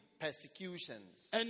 persecutions